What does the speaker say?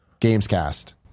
Gamescast